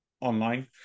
online